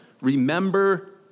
Remember